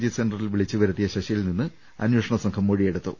G സെന്ററിൽ വിളിച്ചുവരുത്തിയ ശശി യിൽനിന്ന് അന്വേഷണ സംഘം മൊഴിയെടുത്തു